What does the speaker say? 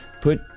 put